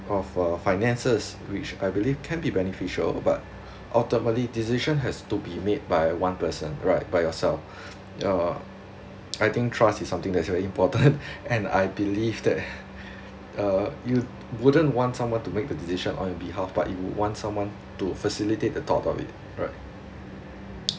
of uh finances which I believe can be beneficial but ultimately decision has to be made by one person right by yourself ya I think trust is something that is very important and I believe that uh you wouldn't want someone to make the decision on your behalf but you would want someone to facilitate the thought of it right